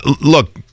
look